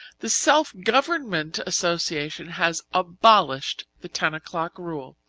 the self-government association has abolished the ten o'clock rule.